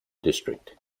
district